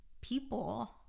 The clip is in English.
people